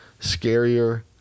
scarier